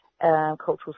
cultural